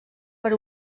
per